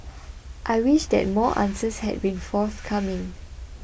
I wish that more answers had been forthcoming